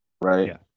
Right